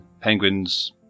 Penguins